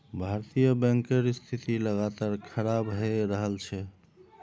भारतीय बैंकेर स्थिति लगातार खराब हये रहल छे